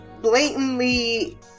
blatantly